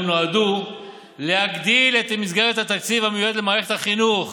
נועדו להגדיל את מסגרת התקציב המיועד למערכת החינוך